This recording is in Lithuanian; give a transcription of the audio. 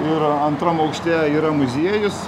ir antram aukšte yra muziejus